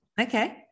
okay